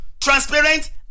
transparent